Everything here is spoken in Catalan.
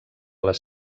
les